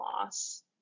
loss